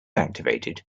activated